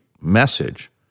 message